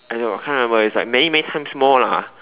I know I can't remember it's like many many times more lah